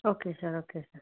okay sir okay sir